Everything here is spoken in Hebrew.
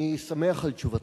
אני שמח על תשובתך.